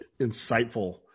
insightful